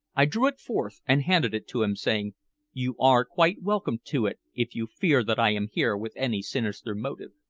i drew it forth and handed it to him, saying you are quite welcome to it if you fear that i am here with any sinister motive.